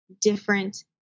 different